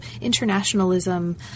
internationalism